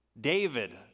David